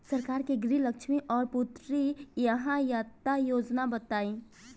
सरकार के गृहलक्ष्मी और पुत्री यहायता योजना बताईं?